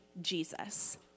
Jesus